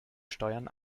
steuern